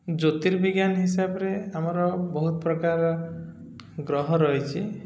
ଜ୍ୟୋତିର୍ବିଜ୍ଞାନ ହିସାବରେ ଆମର ବହୁତ ପ୍ରକାର ଗ୍ରହ ରହିଛି